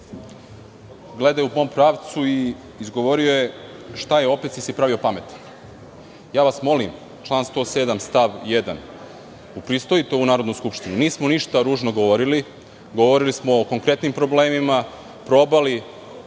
gledao je u mom pravcu i izgovorio je – šta je, opet si se pravio pametan. Ja vas molim, član 107. stav 1, upristojite ovu Narodnu skupštinu. Nismo ništa ružno govorili. Govorili smo o konkretnim problemima. Probao